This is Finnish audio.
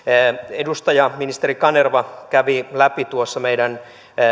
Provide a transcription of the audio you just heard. edustaja ministeri kanerva kävi läpi meidän